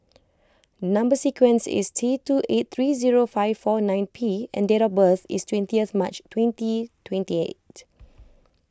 Number Sequence is T two eight three zero five four nine P and date of birth is twentieth March twenty twenty eight